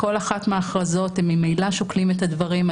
בכל אחת מההכרזות הם ממילא שוקלים את הדברים.